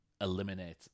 eliminate